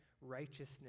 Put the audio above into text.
righteousness